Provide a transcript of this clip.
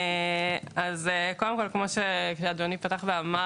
כמו שאדוני אמר,